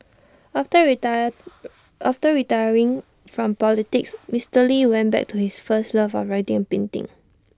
after retire after retiring from politics Mr lee went back to his first love of writing and painting